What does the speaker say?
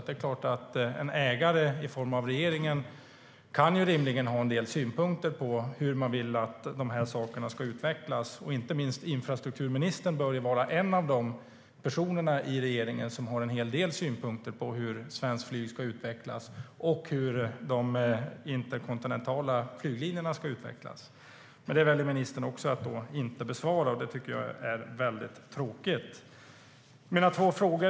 Det är klart att ägaren, i form av regeringen, rimligen kan ha en del synpunkter på hur man vill att de här sakerna ska utvecklas. Inte minst infrastrukturministern bör vara en av de personer i regeringen som har en hel del synpunkter på hur svenskt flyg ska utvecklas och hur de interkontinentala flyglinjerna ska utvecklas. Det väljer dock ministern att inte beröra, och det tycker jag är väldigt tråkigt.